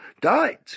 died